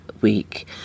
week